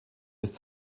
ist